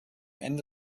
ende